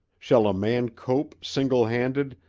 shall a man cope, single-handed,